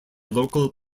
local